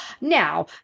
now